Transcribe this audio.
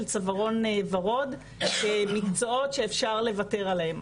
צווארון וורוד כעל מקצועות שאפשר לוותר עליהם,